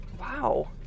Wow